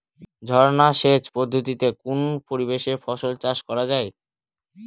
ঝর্না সেচ পদ্ধতিতে কোন পরিবেশে ফসল চাষ করা যায়?